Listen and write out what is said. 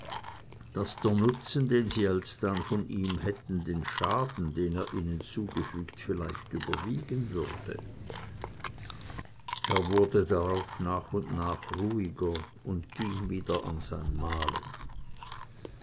der nutzen den sie alsdann von ihm hätten den schaden den er ihnen zugefügt vielleicht überwiegen würde er wurde darauf nach und nach ruhiger und ging wieder an sein malen